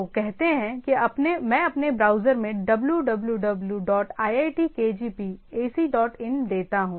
तो कहते हैं कि मैं अपने ब्राउज़र में www dot iitkgp ac dot in देता हूं